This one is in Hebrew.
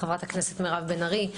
חברת הכנסת מירב בן ארי,